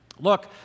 Look